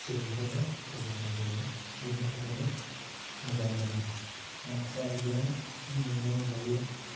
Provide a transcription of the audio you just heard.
सुबुंफोरनो फोरमायनाय जायो बिनि थाखायनो मोजां मोनो माखासे आरो गोबां नुनो मोनबावो